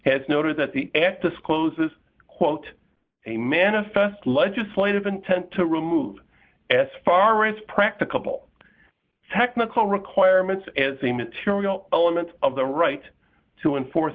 has noted that the act discloses quote a manifest legislative intent to remove as far as practicable technical requirements as a material element of the right to enforce